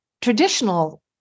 traditional